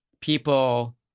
people